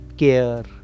care